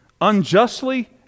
unjustly